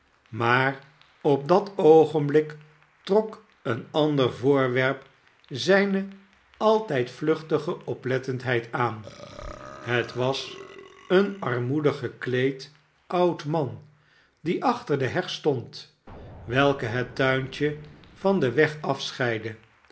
maar op dat oogenblik trok een ander voorwerp zijne altijd vlucher zijn onderscheidene soorten van blindheid tige oplettendheid het was een armoedig gekleed oud man die achter de heg stond welke het tuintje van den weg afscheidde